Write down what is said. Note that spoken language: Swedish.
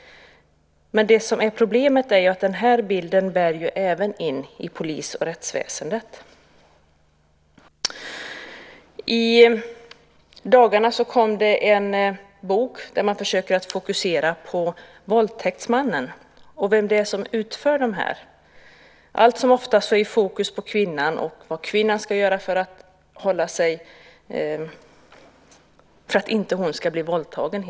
Men problemet är att den här bilden även bär in i polis och rättsväsendet. I dagarna kom det en bok där man försöker att fokusera på våldtäktsmannen och vem det är som utför våldtäkter. Alltsomoftast ligger fokus på kvinnan och vad kvinnan ska göra för att inte bli våldtagen.